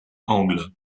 angle